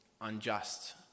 unjust